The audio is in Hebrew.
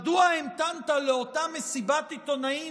מדוע המתנת לאותה מסיבת עיתונאים